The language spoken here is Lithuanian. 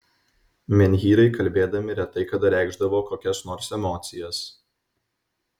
menhyrai kalbėdami retai kada reikšdavo kokias nors emocijas